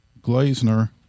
Glazner